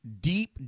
deep